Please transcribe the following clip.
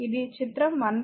ఇది చిత్రం 1